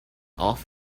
off